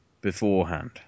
Beforehand